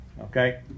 okay